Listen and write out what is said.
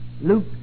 Luke